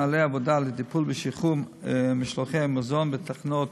נוהלי העבודה לטיפול בשחרור משלוחי מזון בתחנות